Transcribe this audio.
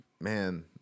man